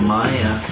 Maya